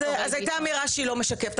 הייתה אמירה שהיא לא משקפת.